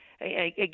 Again